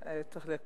התשובה